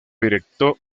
directo